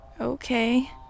Okay